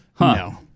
No